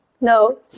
No